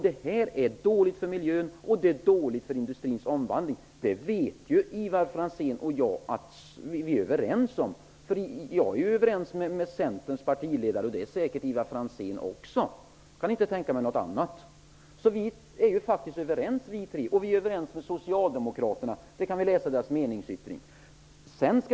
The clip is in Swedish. Det är dåligt för miljön, dåligt för industrins omvandling. Det vet Ivar Franzén. Där är jag överens med Centerns partiledare. Det är säkert Ivar Franzén också, jag kan inte tänka mig något annat. Vi är överens med socialdemokraterna -- det kan vi läsa i deras yttrande.